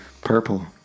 purple